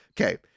Okay